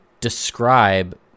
describe